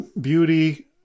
beauty